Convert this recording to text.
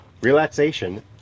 relaxation